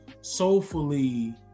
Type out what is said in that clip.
soulfully